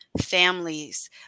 families